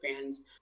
fans